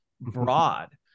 broad